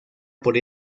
por